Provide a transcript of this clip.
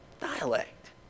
Dialect